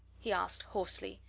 he asked, hoarsely.